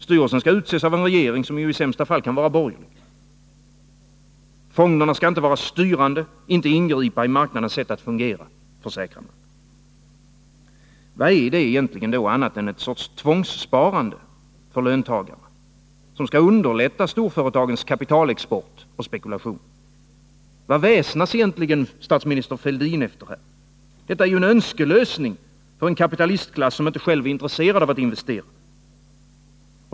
Styrelsen skall utses av en regering, som i sämsta fall kan vara borgerlig. Fonderna skall inte vara styrande, inte ingripa i marknadens sätt att fungera, försäkrar man. Vad är det då egentligen annat än ett slags tvångssparande från löntagare som skall underlätta storföretagens kapitalexport och spekulation? Vad väsnas Thorbjörn Fälldin efter? Detta är ju en önskelösning för en kapitalistklass, som inte själv är intresserad av att investera.